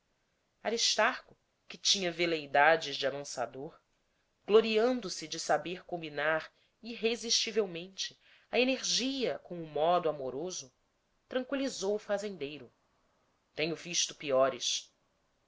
aristarco que tinha veleidades de amansador gloriando se de saber combinar irresistivelmente a energia com o modo amoroso tranqüilizou o fazendeiro tenho visto piores